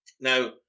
Now